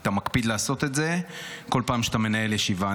אתה מקפיד לעשות את זה כל פעם שאתה מנהל ישיבה.